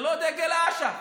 לא דגל אש"ף.